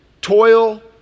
Toil